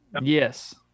Yes